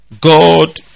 God